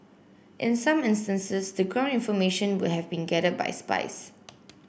in some instances the ground information would have been gathered by spies